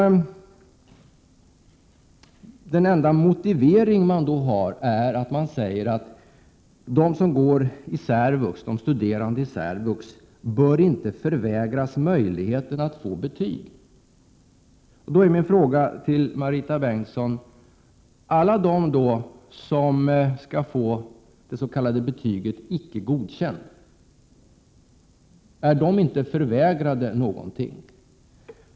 Den enda motivering man har är att de studerande i särvux inte bör förvägras möjligheten att få betyg. Då är min fråga till Marita Bengtsson: Alla de som skall få det s.k. betyget icke godkänd, är de inte förvägrade någonting?